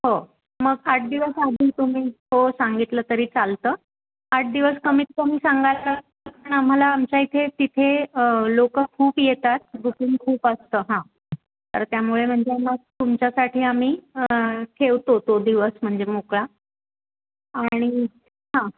हो मग आठ दिवस आधी तुम्ही हो सांगितलं तरी चालतं आठ दिवस कमीतकमी सांगायला पण आम्हाला आमच्या इथे तिथे लोकं खूप येतात बुकिंग खूप असतं हां तर त्यामुळे म्हणजे मग तुमच्यासाठी आम्ही ठेवतो तो दिवस म्हणजे मोकळा आणि हां